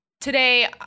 today